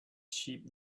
sheep